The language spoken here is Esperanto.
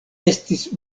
estis